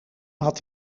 had